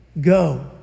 go